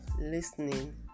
listening